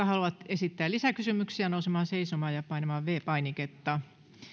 haluavat esittämään lisäkysymyksiä nousemaan seisomaan ja painamaan v painiketta